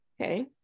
okay